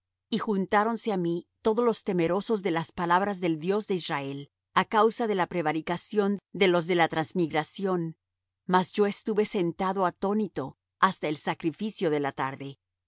y juntáronse á mí todos los temerosos de las palabras del dios de israel á causa de la prevaricación de los de la transmigración mas yo estuve sentado atónito hasta el sacrificio de la tarde